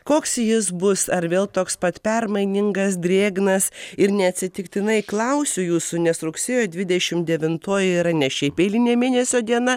koks jis bus ar vėl toks pat permainingas drėgnas ir neatsitiktinai klausiu jūsų nes rugsėjo dvidešim devintoji yra ne šiaip eilinė mėnesio diena